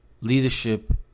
Leadership